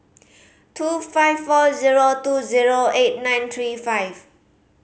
two five four zero two zero eight nine three five